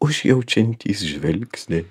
užjaučiantys žvilgsniai